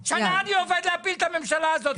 שנה אני עובד להפיל את הממשלה הזאת,